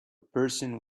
person